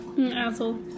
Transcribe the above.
asshole